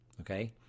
Okay